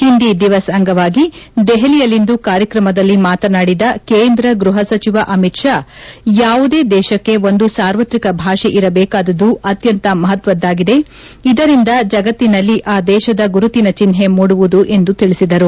ಹಿಂದಿ ದಿವಸ್ ಅಂಗವಾಗಿ ದೆಹಲಿಯಲ್ಲಿಂದು ಕಾರ್ಯಕ್ರಮದಲ್ಲಿ ಮಾತನಾಡಿದ ಕೇಂದ್ರ ಗೃಪ ಸಚಿವ ಅಮಿತ್ ಷಾ ಯಾವುದೇ ದೇಶಕ್ಕೆ ಒಂದು ಸಾರ್ವತ್ರಿಕ ಭಾಷೆ ಇರಬೇಕಾದುದು ಅತ್ಯಂತ ಮಪತ್ವದ್ದಾಗಿದೆ ಇದರಿಂದ ಜಗತ್ತಿನಲ್ಲಿ ಆ ದೇಶದ ಗುರುತಿನ ಚಿಷ್ನೆ ಮೂಡುವುದು ಎಂದು ತಿಳಿಸಿದರು